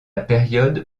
période